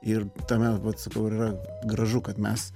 ir tame vat sakau ir yra gražu kad mes